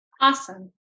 Awesome